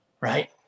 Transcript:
Right